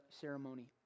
ceremony